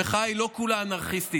המחאה היא לא כולה אנרכיסטית,